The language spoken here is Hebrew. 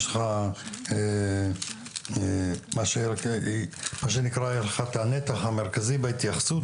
יש לך מה שנקרא את הנתח המרכזי בהתייחסות,